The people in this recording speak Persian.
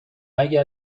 اگر